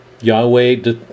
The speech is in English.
Yahweh